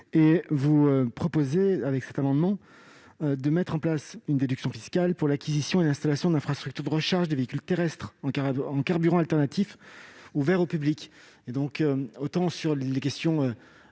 Or vous proposez, avec cet amendement, de mettre en place une déduction fiscale pour l'acquisition et l'installation d'infrastructures de recharge des véhicules terrestres en carburant alternatif ouvertes au public. Autant sur la question